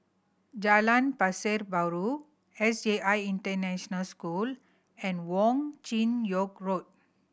Jalan Pasar Baru S J I International School and Wong Chin Yoke Road